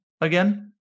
again